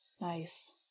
Nice